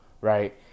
right